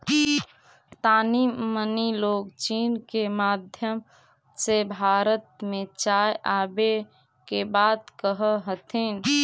तानी मनी लोग चीन के माध्यम से भारत में चाय आबे के बात कह हथिन